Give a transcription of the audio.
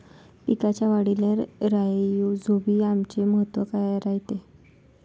पिकाच्या वाढीले राईझोबीआमचे महत्व काय रायते?